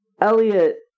Elliot